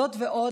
זאת ועוד,